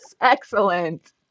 Excellent